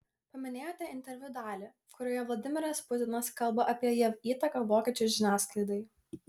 paminėjote interviu dalį kurioje vladimiras putinas kalba apie jav įtaką vokiečių žiniasklaidai